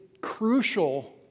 crucial